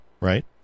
right